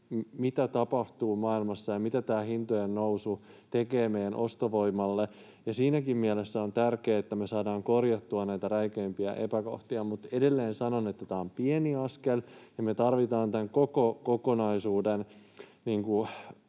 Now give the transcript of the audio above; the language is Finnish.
nyt tapahtuu maailmassa ja mitä tämä hintojen nousu tekee meidän ostovoimalle, ja siinäkin mielessä on tärkeää, että me saadaan korjattua näitä räikeimpiä epäkohtia. Mutta edelleen sanon, että tämä on pieni askel, ja me tarvitaan tämän koko kokonaisuuden